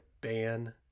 ban